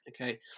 okay